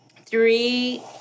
three